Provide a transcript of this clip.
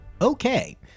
Okay